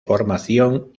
formación